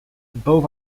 both